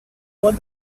what